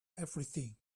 everything